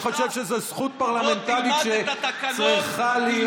אני חושב שזאת זכות פרלמנטרית שצריכה להיות,